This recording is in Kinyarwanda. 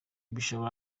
bishobora